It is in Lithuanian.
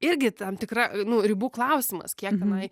irgi tam tikra nu ribų klausimas kiek tenai